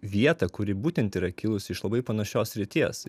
vietą kuri būtent yra kilusi iš labai panašios srities